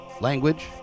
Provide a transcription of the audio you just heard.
language